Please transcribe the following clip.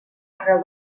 arreu